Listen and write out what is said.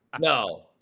No